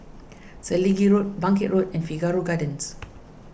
Selegie Road Bangkit Road and Figaro Gardens